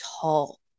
tall